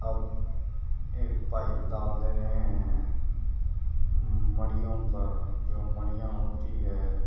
اب ایک پائپ ڈال دے رہے ہیں مڑیوں پر جو مڑیاں ہوتی ہے